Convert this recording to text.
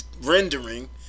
rendering